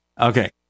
Okay